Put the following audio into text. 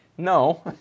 No